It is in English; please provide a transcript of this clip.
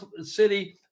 city